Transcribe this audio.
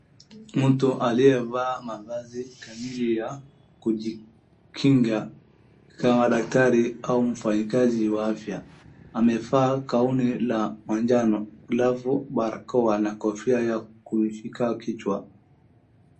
Mtu aliyevaa mavazi kamili ya kujikinga kama daktari au mfanyakazi wa afya. Amevaa gauni la manjano, glavu, barakoa na kofia ya kumshika kichwa.